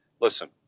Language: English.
listen